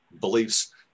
beliefs